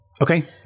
okay